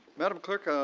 madam clerk,